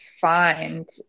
find